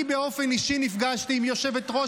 אני באופן אישי נפגשתי עם יושבת-ראש